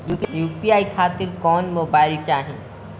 UPI खातिर कौन mobile चाहीं?